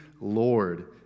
Lord